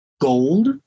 gold